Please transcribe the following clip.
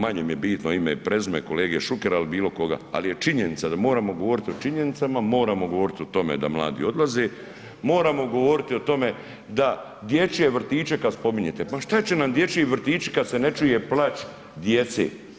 Ma manje mi je bitno ime i prezime kolege Šukera ili bilo koga, ali je činjenica da moramo govoriti o činjenicama, moramo govorit o tome da mladi odlaze, moramo govoriti o tome da dječje vrtiće kad spominjete, pa šta će nam dječji vrtići kad se ne čuje plač djece.